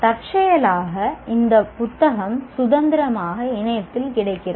தற்செயலாக இந்த புத்தகம் சுதந்திரமாக இணையத்தில் கிடைக்கிறது